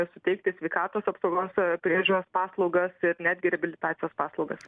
suteikti sveikatos apsaugos priežiūros paslaugas ir netgi reabilitacijos paslaugas